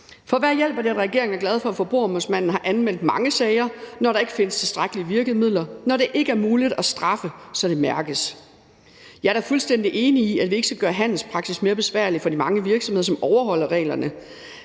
For hvad hjælper det, at regeringen er glad for, at Forbrugerombudsmanden har anmeldt mange sager, når der ikke findes tilstrækkelig med virkemidler, og når det ikke er muligt at straffe, så det mærkes? Jeg er da fuldstændig enig i, at vi ikke skal gøre handelspraksis mere besværlig for de mange virksomheder, som overholder reglerne,